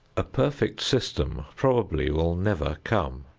a perfect system probably will never come.